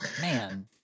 Man